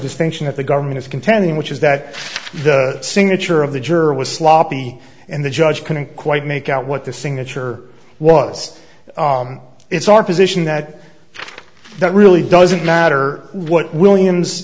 distinction that the government is contending which is that the signature of the juror was sloppy and the judge couldn't quite make out what the signature was it's our position that that really doesn't matter what williams